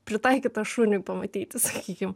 pritaikyta šuniui pamatyti sakykim